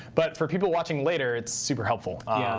but for people watching later, it's super helpful.